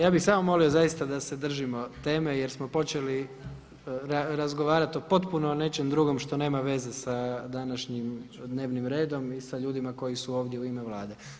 Ja bih samo molio zaista da se držimo teme jer smo počeli razgovarati o potpuno nečem drugom što nema veze sa današnjim dnevnim redom i sa ljudima koji su ovdje u ime Vlade.